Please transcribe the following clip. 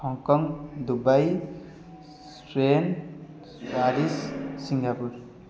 Hong Kong Dubai Spain Paris Singapore